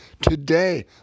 Today